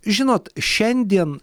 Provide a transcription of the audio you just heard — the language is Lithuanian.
žinot šiandien